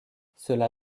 cela